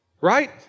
right